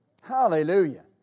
Hallelujah